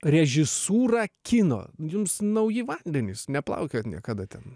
režisūra kino jums nauji vandenys neplaukiojot niekada ten